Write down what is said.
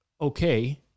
okay